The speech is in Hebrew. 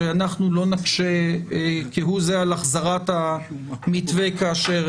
שאנחנו לא נקשה כהוא זה על החזרת המתווה כאשר